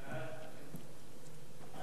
סעיפים 1 7